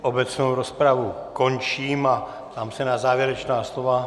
Obecnou rozpravu končím a ptám se na závěrečná slova.